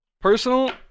Personal